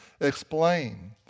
explain